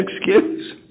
excuse